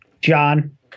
John